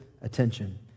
attention